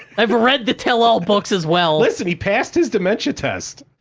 i've read the tell-all books as well. listen, he passed his dementia test.